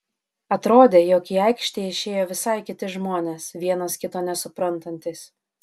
atrodė jog į aikštę išėjo visai kiti žmonės vienas kito nesuprantantys